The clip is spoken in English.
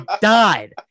died